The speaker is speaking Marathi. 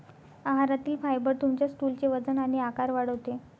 आहारातील फायबर तुमच्या स्टूलचे वजन आणि आकार वाढवते